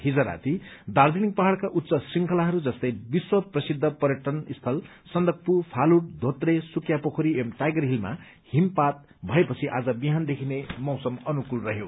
हिज राती दार्जीलिङ पहाड़का उच्च श्रृंखलाहरू जस्तै विश्व प्रसिद्ध पर्यटन स्थल सन्दकपू फालुट धोत्रे सुखिया पोखरी एवं टाइगर हीलमा हिमपात भएपछि आज विहानदेखि नै मौसम अनुकूल रहयो